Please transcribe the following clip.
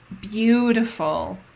beautiful